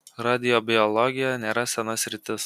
radiobiologija nėra sena sritis